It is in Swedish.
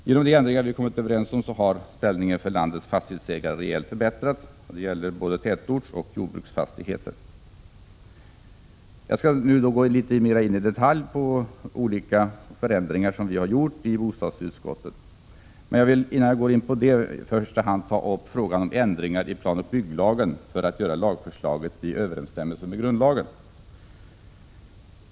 Genom de ändringar vi kommit överens om har ställningen för landets fastighetsägare rejält förbättrats. Detta gäller både tätortsoch jordbruksfastigheter. Jag skall nu gå in litet mera i detalj på bostadsutskottets ändringar, och jag villi första hand ta upp de ändringar som har gjorts i planoch bygglagen för att lagförslaget skall stå i överensstämmelse med grundlagen.